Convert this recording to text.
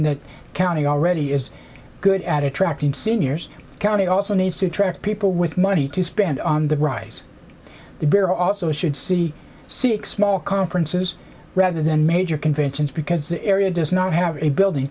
in the county already is good at attracting seniors county also needs to attract people with money to spend on the rise the beer also should see six small conferences rather than major conventions because the area does not have a building